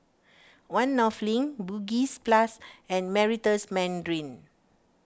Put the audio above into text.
one North Link Bugis Plus and Meritus Mandarin